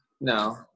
No